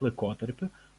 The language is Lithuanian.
laikotarpiu